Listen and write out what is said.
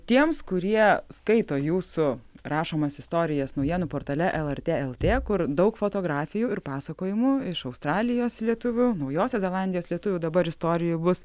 tiems kurie skaito jūsų rašomas istorijas naujienų portale lrt lt kur daug fotografijų ir pasakojimų iš australijos lietuvių naujosios zelandijos lietuvių dabar istorijų bus